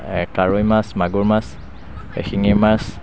কাৱৈ মাছ মাগুৰ মাছ শিঙি মাছ